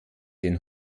den